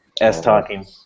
S-talking